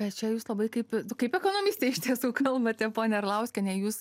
bet čia jūs labai kaip kaip ekonomistė ištiesų kalbate ponia arlauskiene jūs